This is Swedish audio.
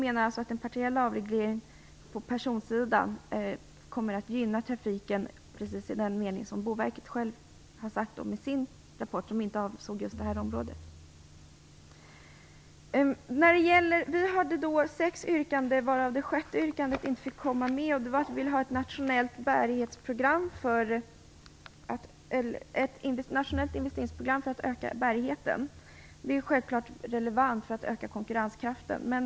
En partiell avreglering på personsidan kommer att gynna trafiken precis i den mening som Boverket har uttalat i sin rapport, som inte avsåg just det här området. Vi hade framställt sex yrkanden, varav det sjätte inte fick komma med. Det handlade om ett nationellt investeringsprogram för att öka bärigheten. Det är självfallet relevant för att konkurrenskraften skall ökas.